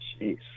Jeez